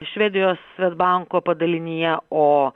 švedijos svedbanko padalinyje o